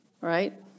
right